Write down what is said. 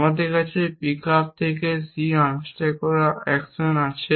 আমাদের কাছে একটি পিকআপ থেকে c আনস্ট্যাক করা অ্যাকশন আছে